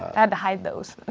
i had to hide those.